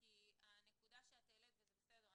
כי הנקודה שאת העלית וזה בסדר,